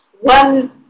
one